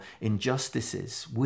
injustices